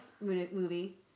movie